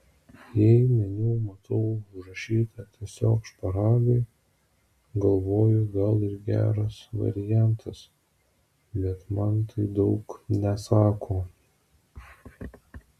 jei meniu matau užrašyta tiesiog šparagai galvoju gal ir geras variantas bet man tai daug nesako